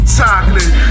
chocolate